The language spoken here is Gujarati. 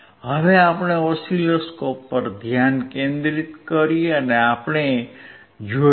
હવે આપણે ઓસિલોસ્કોપ પર ધ્યાન કેન્દ્રિત કરીએ અને આપણે જોઈએ